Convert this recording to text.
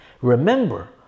Remember